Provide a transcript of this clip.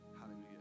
Hallelujah